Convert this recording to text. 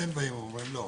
אתם באים ואומרים לא,